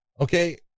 Okay